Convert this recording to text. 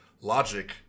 logic